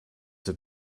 have